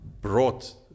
brought